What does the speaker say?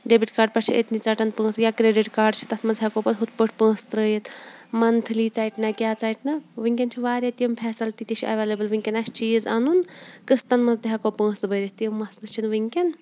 debit card پٮ۪ٹھ چھِ أتۍ نٕے ژَٹان پونٛسہٕ یا کرٛیٚڈِٹ کاڈ چھِ تَتھ منٛز ہٮ۪کو پَتہٕ ہُتھ پٲٹھۍ پونٛسہٕ ترٛٲیِتھ مَنتھٕلی ژَٹہِ نا کیٛاہ ژَٹہِ نا وٕنکٮ۪ن چھِ واریاہ تِم فیسلٹی تہِ چھِ اٮ۪ویلیبٕل وٕنکٮ۪س آسہِ چیٖز اَنُن قٕسطن منٛز تہِ ہٮ۪کو پٲنٛسہٕ بٔرِتھ تہِ مسلہٕ چھُنہٕ وٕنکٮ۪ن